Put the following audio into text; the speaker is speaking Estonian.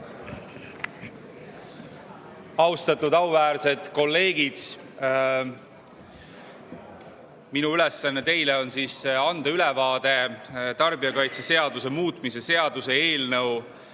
Austatud auväärsed kolleegid! Minu ülesanne on anda teile ülevaade tarbijakaitseseaduse muutmise seaduse eelnõu